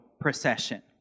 procession